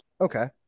Okay